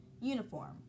Uniform